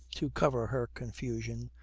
to cover her confusion.